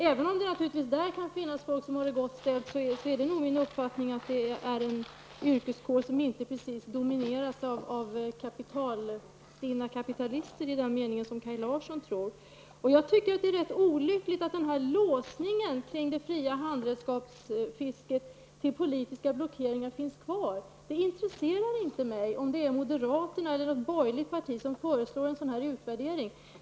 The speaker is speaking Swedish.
Även om det naturligtvis kan finnas människor inom den gruppen som har det gott ställt, är min uppfattning att det är en yrkeskår som inte precis domineras av stinna kapitalister i den mening som Kaj Larsson tror. Jag tycker att det är litet olyckligt att låsningen till politiska blockeringar när det gäller fria handredskapsfisket finns kvar. Det intresserar inte mig om det är moderaterna eller något annat borgerligt parti som har föreslagit en utvärdering.